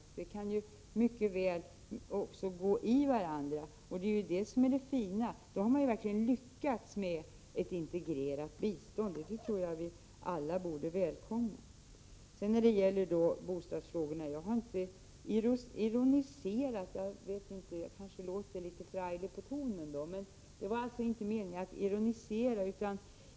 Dessa saker kan ju mycket väl gå in i varandra. Det är ju det som är så fint, för då har man verkligen lyckats med ett integrerat bistånd. Alla borde vi välkomna någonting sådant. Sedan till bostadsfrågorna. Jag har inte ironiserat i detta sammanhang. Jag kanske väcker litet förargelse. Men det var inte meningen att ironisera.